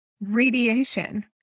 radiation